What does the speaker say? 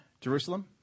Jerusalem